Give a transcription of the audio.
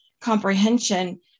comprehension